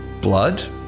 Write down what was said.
blood